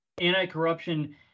Anti-corruption